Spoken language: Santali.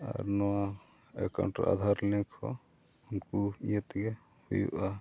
ᱟᱨ ᱱᱚᱣᱟ ᱮᱠᱟᱣᱩᱱᱴ ᱨᱮ ᱟᱫᱷᱟᱨ ᱞᱤᱝᱠ ᱦᱚᱸ ᱩᱱᱠᱩ ᱤᱭᱟᱹ ᱛᱮᱜᱮ ᱦᱩᱭᱩᱜᱼᱟ